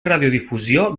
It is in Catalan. radiodifusió